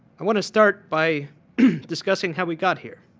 i want to start by discussing how we got here.